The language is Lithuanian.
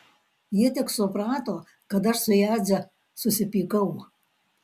ji tik suprato kad aš su jadze susipykau